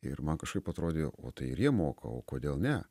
ir man kažkaip atrodė o tai ir jie moka o kodėl ne